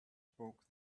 spoke